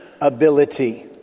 ability